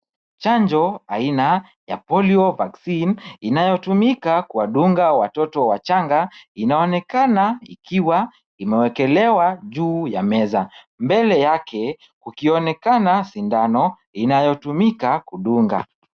Chanjo aina ya polio vaccine inayotumika kuwadunga watoto wachanga, inaonekana ikiwa imewekelewa juu ya meza, mbele yake kukionekana sindano inayotumika kudunga.